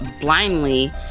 blindly